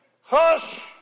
hush